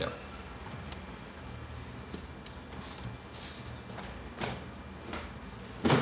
yup